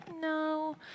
no